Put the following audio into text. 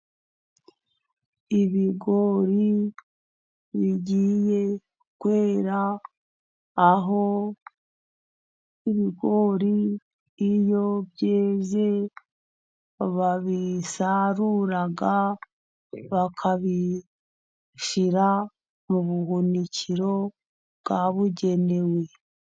Ibigori bigiye kwera, aho ibigori iyo byeze babisarura, bakabishyira mu buhunikiro bwabugenewe.